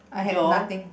door